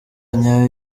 nyayo